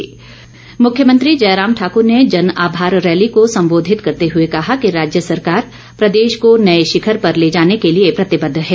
मुख्यमंत्री इस बीच मुख्यमंत्री जयराम ठाक्र ने जन आभार रैली को सम्बोधित करते हुए कहा कि राज्य सरकार प्रदेश को नए शिखर पर ले जाने के लिए प्रतिबद्ध है